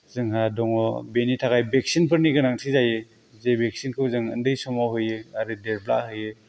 जोंहा दङ बेनि थाखाय भेक्सिनफोरनि गोनांथि जायो जे भेक्सिनखौ जों उन्दै समाव होयो आरो देरब्ला होयो